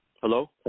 Hello